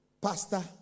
pastor